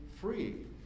free